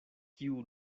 kiu